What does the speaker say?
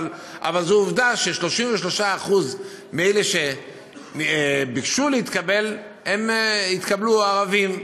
אבל זו עובדה ש-33% מאלה שביקשו להתקבל והתקבלו הם ערבים.